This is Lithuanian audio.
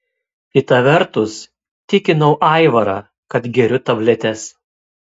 kita vertus tikinau aivarą kad geriu tabletes